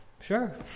sure